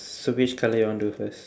so which colour you want do first